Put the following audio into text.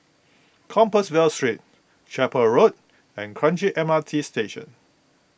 Compassvale Street Chapel Road and Kranji M R T Station